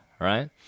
Right